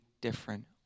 different